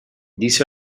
this